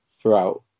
throughout